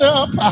up